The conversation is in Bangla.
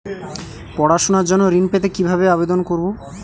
পড়াশুনা জন্য ঋণ পেতে কিভাবে আবেদন করব?